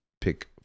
pick